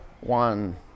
one